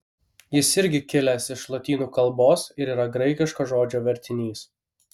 jis irgi kilęs iš lotynų kalbos ir yra graikiško žodžio vertinys